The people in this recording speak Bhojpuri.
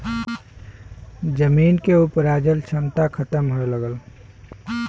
जमीन के उपराजल क्षमता खतम होए लगल